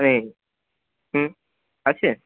নেই হুম আছে